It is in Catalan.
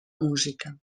música